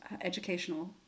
educational